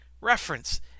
reference